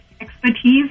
expertise